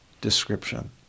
description